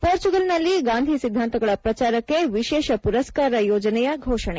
ಪೋರ್ಚುಗಲ್ನಲ್ಲಿ ಗಾಂಧಿ ಸಿದ್ದಾಂತಗಳ ಪ್ರಚಾರಕ್ಕೆ ವಿಶೇಷ ಪುರಸ್ಕಾರ ಯೋಜನೆಯ ಘೋಷಣೆ